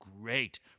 great